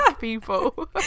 people